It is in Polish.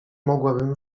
mogłabym